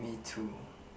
me too